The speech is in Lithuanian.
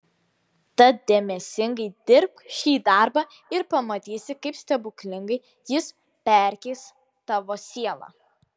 tad dėmesingai dirbk šį darbą ir pamatysi kaip stebuklingai jis perkeis tavo sielą